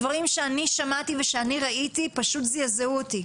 הדברים שאני שמעתי ושאני ראיתי פשוט זיעזעו אותי,